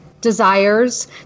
desires